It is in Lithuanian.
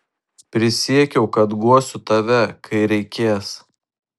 prisiekiau kad guosiu tave kai reikės